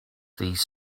these